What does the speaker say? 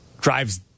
drives